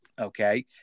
okay